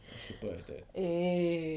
as simple as that